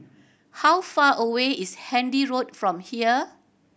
how far away is Handy Road from here